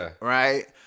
right